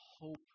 hope